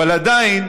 אבל עדיין,